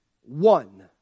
one